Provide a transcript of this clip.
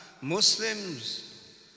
Muslims